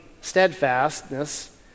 steadfastness